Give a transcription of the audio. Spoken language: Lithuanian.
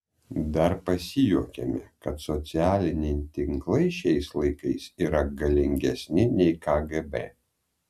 dar pasijuokėme kad socialiniai tinklai šiais laikais yra galingesni nei kgb